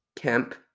Kemp